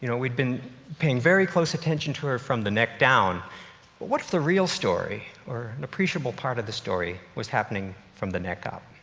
you know we've been paying very closed attention to her from the neck down, but what if the real story or an appreciable part of the story was happening from the neck up?